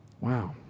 Wow